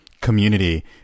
community